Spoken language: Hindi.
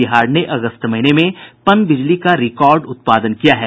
बिहार ने अगस्त महीने में पनबिजली का रिकार्ड उत्पादन किया है